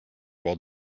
while